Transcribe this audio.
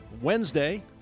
Wednesday